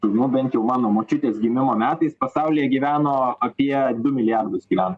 nu bent jau mano močiutės gimimo metais pasaulyje gyveno apie du milijardus gyvent